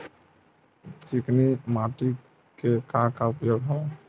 चिकनी माटी के का का उपयोग हवय?